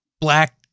black